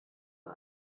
man